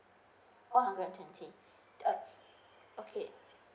one hundred twenty okay